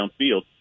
downfield